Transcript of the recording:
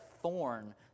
thorn